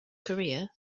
korea